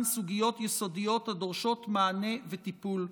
סוגיות יסודיות הדורשות מענה וטיפול,